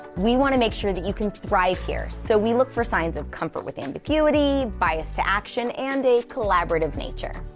we want to make sure you can thrive here, so we look for signs of comfort with ambiguity, bias to action, and a collaborative nature.